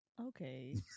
Okay